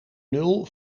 nul